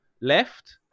left